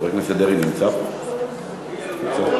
אחריו